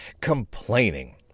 complaining